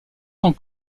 temps